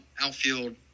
outfield